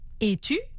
Es-tu